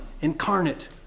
incarnate